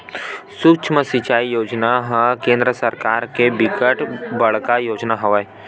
सुक्ष्म सिचई योजना ह केंद्र सरकार के बिकट बड़का योजना हवय